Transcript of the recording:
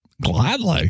Gladly